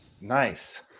nice